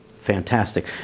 fantastic